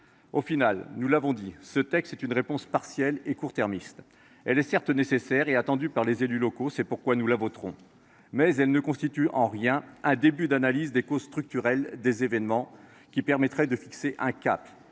Au final, nous l’avons dit, ce texte est une réponse partielle et court termiste. Certes, elle est nécessaire et attendue par les élus locaux ; c’est pourquoi nous la voterons. Mais elle ne constitue en rien un début d’analyse des causes structurelles des événements, ce qui permettrait de fixer un cap.